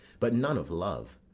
but none of love.